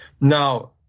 Now